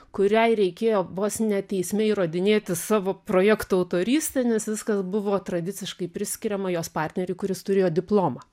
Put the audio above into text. kuriai reikėjo vos ne teisme įrodinėti savo projekto autorystę nes viskas buvo tradiciškai priskiriama jos partneriui kuris turėjo diplomą